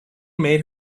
made